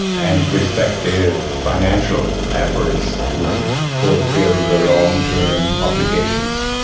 and respective financial efforts to fulfil the long-term obligations.